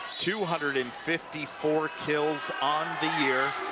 two hundred and fifty four kills on the year,